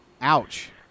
ouch